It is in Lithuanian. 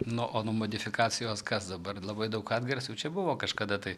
nu o nuo modifikacijos kas dabar labai daug atgarsių čia buvo kažkada tai